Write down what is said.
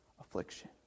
affliction